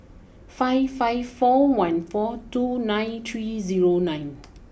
five five four one four two nine three zero nine